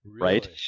right